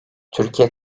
türkiye